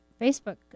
Facebook